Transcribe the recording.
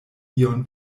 ion